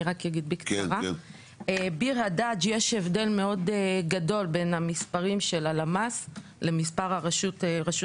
ביר אדג' יש הבדל גדול בין מספרי הלמ"ס למספר רשות